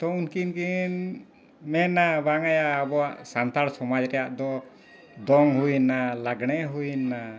ᱛᱚ ᱩᱱᱠᱤᱱ ᱠᱤᱱ ᱢᱮᱱᱟ ᱵᱟᱝᱭᱟ ᱟᱵᱚᱣᱟᱜ ᱥᱟᱱᱛᱟᱲ ᱥᱚᱢᱟᱡᱽ ᱨᱮᱭᱟᱜ ᱫᱚ ᱫᱚᱝ ᱦᱩᱭᱮᱱᱟ ᱞᱟᱜᱽᱬᱮ ᱦᱩᱭᱮᱱᱟ